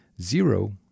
Zero